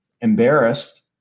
embarrassed